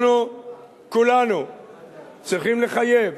אנחנו כולנו צריכים לחייב,